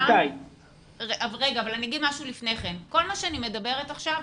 כל מה שאני אומרת עכשיו,